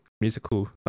musical